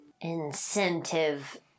incentive